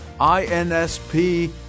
INSP